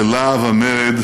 "בלהב המרד